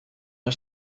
der